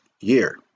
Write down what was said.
year